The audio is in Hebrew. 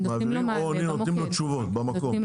או נותנים לו תשובות במקום?